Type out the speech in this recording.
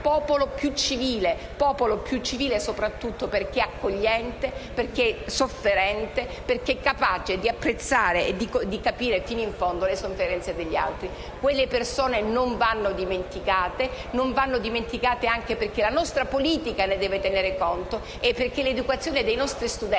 che ci rende popolo più civile, soprattutto perché accogliente, perché sofferente, perché capace di apprezzare e di capire sino in fondo le sofferenze degli altri. Quelle persone non vanno dimenticate, anche perché la nostra politica ne deve tenere conto e perché l'educazione dei nostri studenti